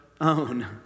own